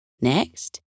Next